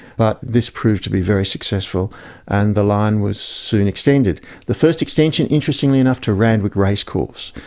but this proved to be very successful and the line was soon extended the first extension, interestingly enough to randwick racecourse.